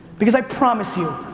because i promise you,